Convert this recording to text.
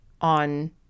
on